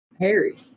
Harry